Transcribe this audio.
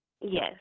Yes